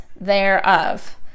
thereof